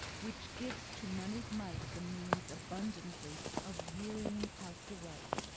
which gives to monied might the means abundantly of wearying out the right,